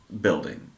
building